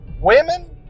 women